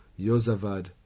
Yozavad